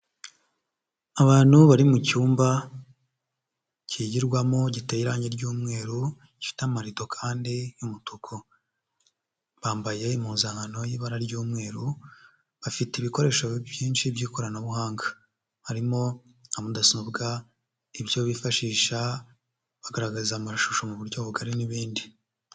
Abantu bari mu cyumba kigirwamo giteye irange ry'umweru gifite amarido kandi y'umutuku, bambaye impuzankano y'ibara ry'umweru bafite ibikoresho byinshi by'ikoranabuhanga, harimo nka mudasobwa ibyo bifashisha bagaragaza amashusho mu buryo bugari n'ibindi.